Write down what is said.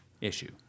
issue